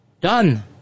done